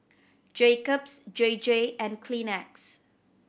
Jacob's J J and Kleenex